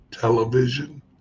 Television